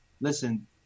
listen